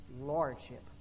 Lordship